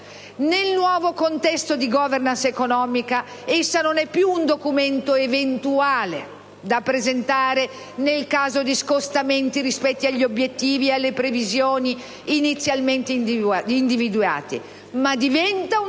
Nel nuovo contesto di*governance* economica, esso non è più un documento eventuale, da presentare nel caso di scostamenti rispetto agli obiettivi e alle previsioni inizialmente individuati, ma diventa un documento